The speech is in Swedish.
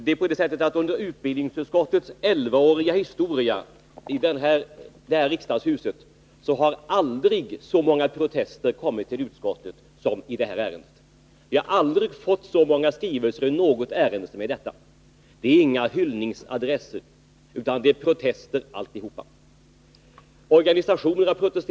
Det är på det sättet att under utbildningsutskottets elvaåriga historia i det här riksdagshuset har aldrig så många protester kommit till utskottet som i detta ärende. Vi har aldrig fått så många skrivelser i något ärende som i detta. Det är inga hyllningsadresser, utan det är protester alltihopa.